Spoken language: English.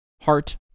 heart